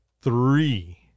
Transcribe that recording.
three